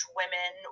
women